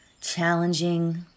challenging